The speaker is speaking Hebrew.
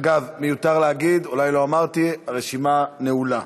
אגב, מיותר להגיד, אולי לא אמרתי, הרשימה נעולה.